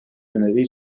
öneriyi